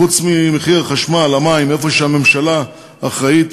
חוץ ממחיר החשמל, המים, איפה שהממשלה אחראית,